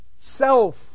self